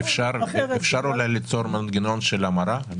האם אפשר ליצור אולי מנגנון של המרה?